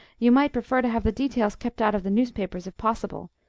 you might prefer to have the details kept out of the newspapers if possible.